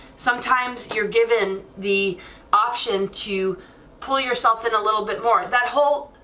sometimes you're given the option to pull yourself in a little bit more, that whole